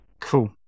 Cool